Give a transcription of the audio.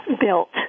built